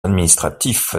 administratif